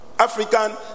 African